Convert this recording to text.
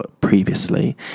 previously